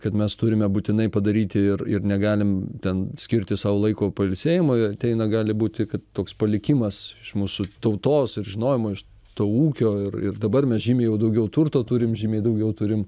kad mes turime būtinai padaryti ir ir negalim ten skirti sau laiko pailsėjimui ateina gali būti kad toks palikimas iš mūsų tautos ir žinojimo iš to ūkio ir ir dabar mes žymiai jau daugiau turto turim žymiai daugiau turim